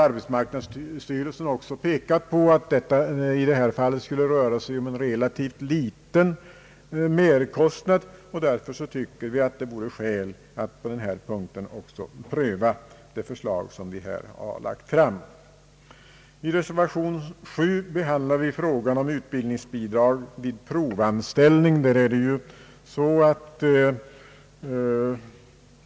Arbetsmarknadsstyrelsen har också pekat på att det i dessa fall skulle röra sig om en relativt liten merkostnad. Därför tycker vi att det finns skäl att pröva det förslag som vi här lagt fram. I reservation 7 behandlas frågan om utbildningsbidrag vid provanställning.